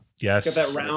Yes